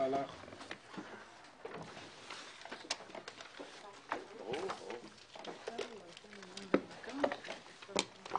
בשעה 11:00.